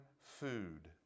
food